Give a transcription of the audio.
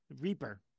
Reaper